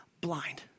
blind